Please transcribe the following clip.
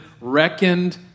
reckoned